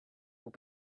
will